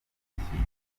bafungiye